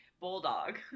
Bulldog